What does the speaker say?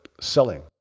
selling